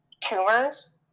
tumors